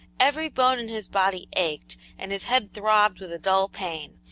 every bone in his body ached and his head throbbed with a dull pain,